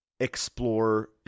explore